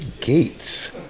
Gates